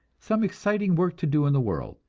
some exciting work to do in the world,